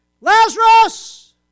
Lazarus